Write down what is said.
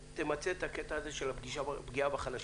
הקטע הזה של הפגיעה בחלשים,